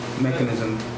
mechanism